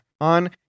on